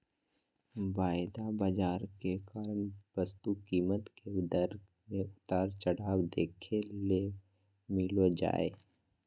वायदा बाजार के कारण वस्तु कीमत के दर मे उतार चढ़ाव देखे ले मिलो जय